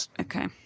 okay